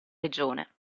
regione